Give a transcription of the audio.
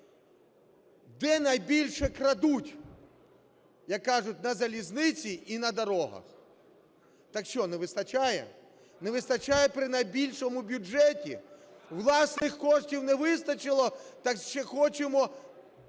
Де найбільше крадуть? Як кажуть, на залізниці і на дорогах. Так що, не вистачає? Не вистачає при найбільшому бюджеті? Власних коштів не вистачило, так ще хочемо